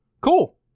cool